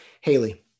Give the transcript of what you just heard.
Haley